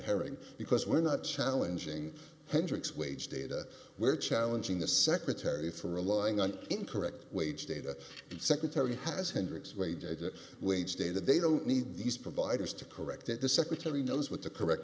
herring because we're not challenging hendrick's wage data we're challenging the secretary for relying on incorrect wage data the secretary has hendricks wadeye the wage data they don't need these providers to correct that the secretary knows what the correct